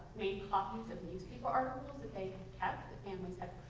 made copies of newspaper articles that they kept that families had